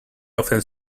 often